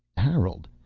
harold,